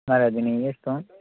మరి అది నీ ఇష్టం